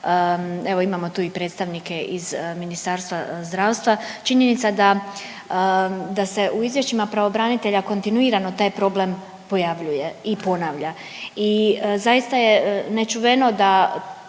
evo imamo tu i predstavnike iz Ministarstva zdravstva, činjenica da, da se u izvješćima pravobranitelja kontinuirano taj problem pojavljuje i ponavlja. I zaista je nečuveno da